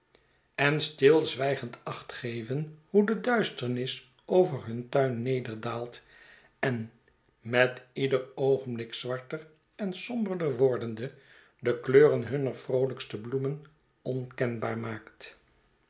en stilzwijgend acht geven hoe de duisternis over hun tuin nederdaalt en met ieder oogenblik zwarter en somberder wordende de kleuren hunner vroolijkste bloemen onkenbaar maakt